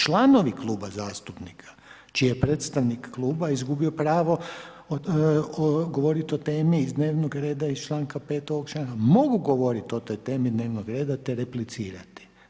Članovi kluba zastupnika čiji je predstavnik kluba izgubio pravo govoriti o temi iz dnevnog reda iz čl. 5. … mogu govoriti o toj temi dnevnog reda te replicirati.